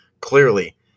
clearly